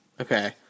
Okay